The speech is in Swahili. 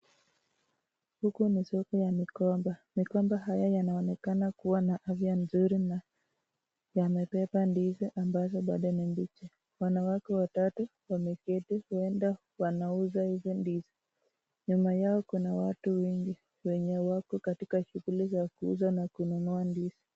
Huku ni soko ya Migomba, Migomba haya yanaonekana kuwa na afya nzuri na yamebeba ndizi ambazo bado ni mbichi. wanawake watatu wameketi huenda wanauza hizi ndizi .Nyuma yao kuna watu wengi wenye wako katika shughuli za kuuza na kununua ndizi .